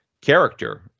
character